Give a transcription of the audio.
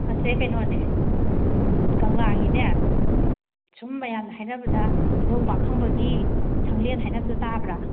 ꯑꯁꯦ ꯀꯩꯅꯣꯅꯦ ꯀꯪꯂꯥꯒꯤꯅꯦ ꯁꯨꯝ ꯃꯌꯥꯝꯅ ꯍꯥꯏꯅꯕꯗ ꯏꯙꯧ ꯄꯥꯈꯪꯕꯒꯤ ꯁꯪꯂꯦꯟ ꯍꯥꯏꯅꯕꯗꯣ ꯇꯥꯕ꯭ꯔꯥ